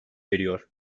veriyor